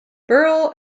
burrell